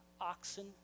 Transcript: oxen